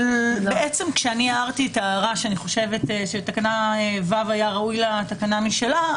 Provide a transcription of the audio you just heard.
כשאני הערתי את ההערה שלתקנה ו היה ראוי תקנה משלה,